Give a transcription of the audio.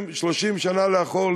20 ו-30 שנה לאחור.